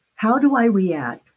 how do i react?